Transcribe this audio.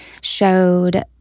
showed